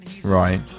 right